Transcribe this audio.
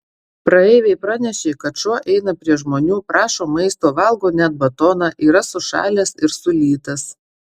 praeiviai pranešė kad šuo eina prie žmonių prašo maisto valgo net batoną yra sušalęs ir sulytas